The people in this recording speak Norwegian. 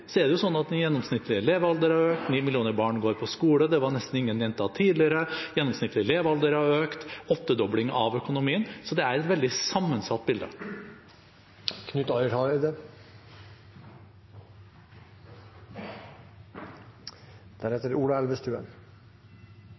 er det slik at den gjennomsnittlige levealder har økt, ni millioner barn går på skole – det var nesten ingen jenter tidligere – og det har vært en åttedobling av økonomien, så det er et veldig sammensatt bilde.